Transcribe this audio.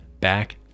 back